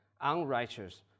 unrighteous